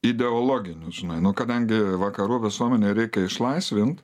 ideologinių žinai nu kadangi vakarų visuomenę reikia išlaisvint